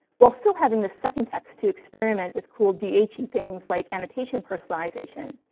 while still having the second text to experiment with cool dh-y things like annotation personalization,